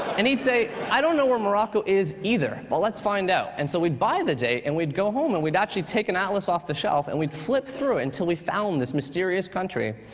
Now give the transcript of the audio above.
and he'd say, i don't know where morocco is either, but let's find out. and so we'd buy the date, and we'd go home. and we'd actually take an atlas off the shelf, and we'd flip through until we found this mysterious country.